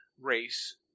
race